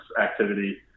activity